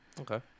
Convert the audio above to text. Okay